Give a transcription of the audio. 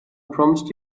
promised